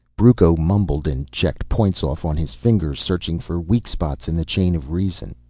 brucco mumbled and checked points off on his fingers, searching for weak spots in the chain of reason.